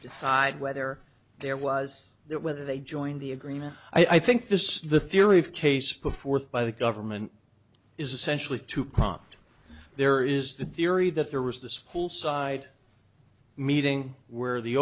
decide whether there was there whether they joined the agreement i think this is the theory of case before the government is essentially to prompt there is the theory that there was the school side meeting where the